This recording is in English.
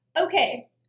Okay